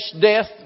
death